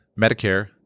Medicare